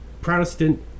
Protestant